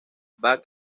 bob